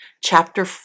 chapter